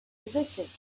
resistant